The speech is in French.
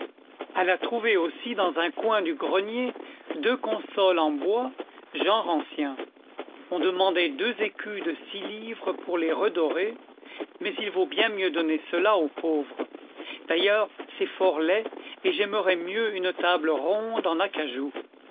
elle a trouvé aussi dans un coin du grenier deux consoles en bois genre ancien on demandait deux écus de six livres pour les redorer mais il vaut bien mieux donner cela aux pauvres d'ailleurs c'est fort laid et j'aimerais mieux une table ronde en acajou